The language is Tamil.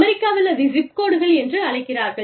அமெரிக்காவில் அதை ஜிப் கோடுகள் என்று அழைக்கிறார்கள்